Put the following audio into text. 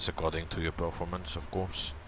according to your book moments of course